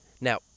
Now